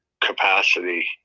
capacity